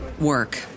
work